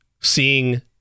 seeing